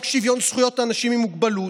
חוק שוויון זכויות לאנשים עם מוגבלות,